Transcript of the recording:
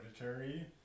hereditary